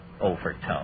overtones